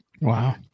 Wow